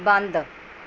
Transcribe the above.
ਬੰਦ